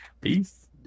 Peace